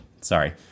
Sorry